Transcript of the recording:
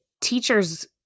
teachers